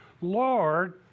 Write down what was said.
Lord